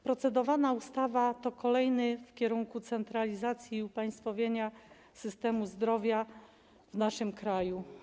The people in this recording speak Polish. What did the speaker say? Procedowana ustawa to kolejny krok w kierunku centralizacji i upaństwowienia systemu zdrowia w naszym kraju.